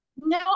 No